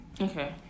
Okay